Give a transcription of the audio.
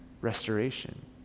restoration